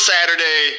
Saturday